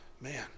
Man